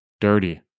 dirty